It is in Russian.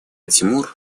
тимур